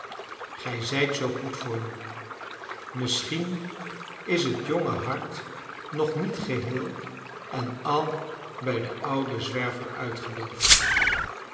gij zijt zoo goed voor me misschien is het jonge hart nog niet geheel en al bij den ouden zwerver uitgedoofd